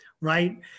right